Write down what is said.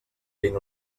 vint